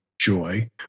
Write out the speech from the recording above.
joy